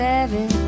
Seven